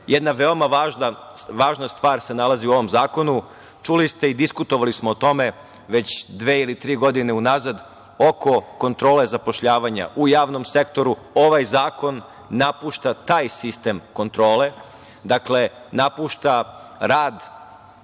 jedna veoma važna stvar se nalazi u ovom zakonu. Čuli ste i diskutovali smo o tome, već dve ili tri godine unazad, oko kontrole zapošljavanja u javnom sektoru, ovaj zakon napušta taj sistem kontrole. Dakle, napušta rad